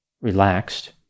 relaxed